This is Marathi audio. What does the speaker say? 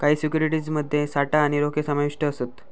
काही सिक्युरिटीज मध्ये साठा आणि रोखे समाविष्ट असत